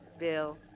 Bill